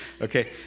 Okay